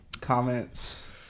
comments